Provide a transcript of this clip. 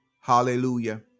Hallelujah